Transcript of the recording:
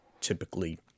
typically